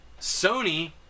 Sony